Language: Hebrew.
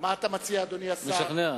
אדוני השר,